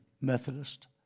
Methodist